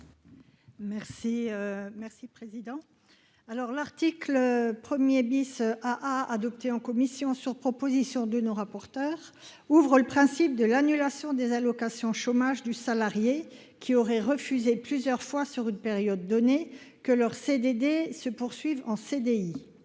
merci président alors l'article 1er bis a adopté en commission sur proposition de nos rapporteurs ouvrent le principe de l'annulation des allocations chômage du salarié qui aurait refusé plusieurs fois sur une période donnée, que leurs CDD se poursuivent en CDI,